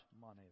money